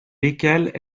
lesquelles